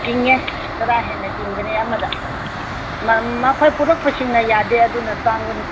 ꯆꯤꯡꯉꯦ ꯇꯔꯥ ꯍꯦꯟꯅ ꯆꯤꯡꯕꯅꯦ ꯑꯃꯗ ꯃꯈꯣꯏ ꯄꯨꯔꯛꯄꯁꯤꯡꯅ ꯌꯥꯗꯦ ꯑꯗꯨꯅ ꯇꯥꯡꯕꯅꯤ